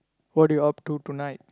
what are you up to tonight